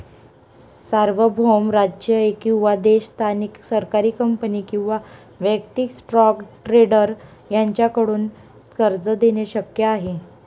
सार्वभौम राज्य किंवा देश स्थानिक सरकारी कंपनी किंवा वैयक्तिक स्टॉक ट्रेडर यांच्याकडून कर्ज देणे शक्य आहे